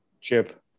Chip